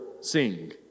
sing